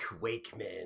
Wakeman